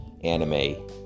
anime